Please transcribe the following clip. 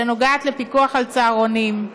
שנוגעת בפיקוח על צהרונים,